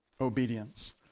obedience